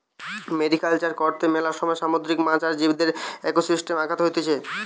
mariculture কর্তে মেলা সময় সামুদ্রিক মাছ আর জীবদের একোসিস্টেমে আঘাত হতিছে